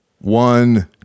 One